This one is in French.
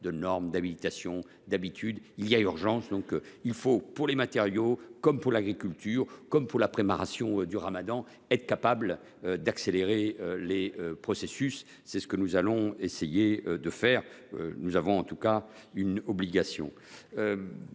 de normes, d’habilitation, d’habitudes. Or il y a urgence. Il faut, pour les matériaux comme pour l’agriculture, comme pour la préparation du ramadan, être capables d’accélérer les processus. C’est ce que nous allons essayer de faire, car nous en avons l’obligation.